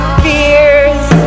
fears